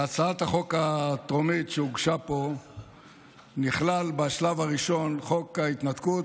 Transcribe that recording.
בהצעת החוק הטרומית שהוגשה פה נכלל בשלב הראשון חוק ההתנתקות,